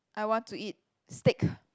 I want to eat steak